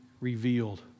revealed